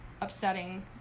upsetting